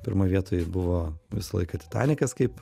pirmoj vietoj buvo visą laiką titanikas kaip